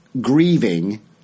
grieving